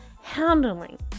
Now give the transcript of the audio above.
handling